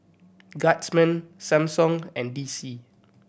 Guardsman Samsung and D C